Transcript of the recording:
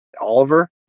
Oliver